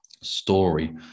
story